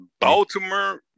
Baltimore